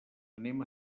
anem